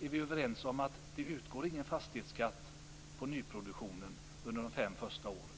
är vi överens om att det inte utgår någon fastighetsskatt på nyproduktionen under de fem första åren?